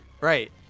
right